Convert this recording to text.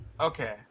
Okay